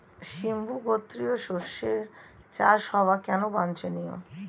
সিম্বু গোত্রীয় শস্যের চাষ হওয়া কেন বাঞ্ছনীয়?